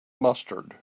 mustard